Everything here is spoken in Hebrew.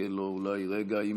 נחכה לו אולי רגע.